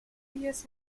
various